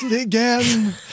again